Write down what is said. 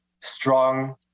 strong